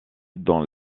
dans